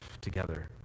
together